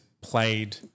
played